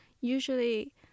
usually